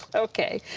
okay.